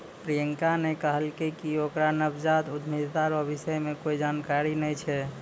प्रियंका ने कहलकै कि ओकरा नवजात उद्यमिता रो विषय मे कोए जानकारी नै छै